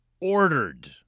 ordered